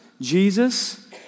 Jesus